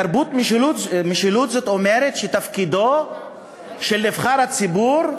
תרבות משילות, זאת אומרת שתפקידו של נבחר ציבור,